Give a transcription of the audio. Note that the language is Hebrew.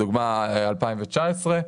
לדוגמה 2019,